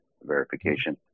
verification